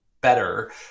better